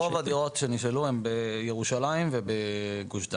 רוב הדירות שנשללו הם בירושלים ובגוש דן.